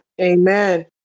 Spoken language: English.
Amen